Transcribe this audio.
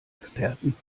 experten